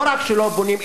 לא רק שלא בונים,